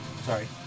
Sorry